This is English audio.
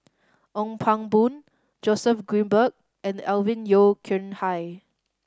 Ong Pang Boon Joseph Grimberg and Alvin Yeo Khirn Hai